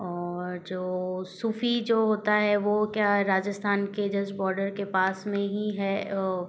और जो सूफी जो होता है वो क्या राजस्थान के जस्ट बॉर्डर के पास में ही है